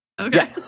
okay